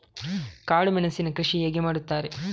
ಕಾಳು ಮೆಣಸಿನ ಕೃಷಿ ಹೇಗೆ ಮಾಡುತ್ತಾರೆ?